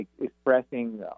expressing